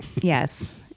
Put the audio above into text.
Yes